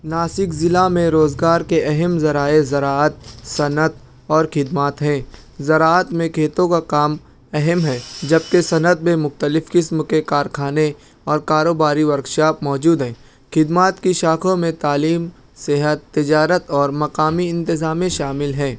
ناسک ضلع میں روزگار کے اہم ذرائع زراعت صنعت اور خدمات ہیں زراعت میں کھیتوں کا کام اہم ہے جب کہ صنعت میں مختلف قسم کے کارخانےاور کاروباری ورک شاپ موجود ہیں خدمات کی شاخوں میں تعلیم صحت تجارت اور مقامی انتظامیں شامل ہیں